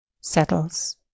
settles